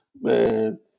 man